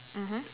mmhmm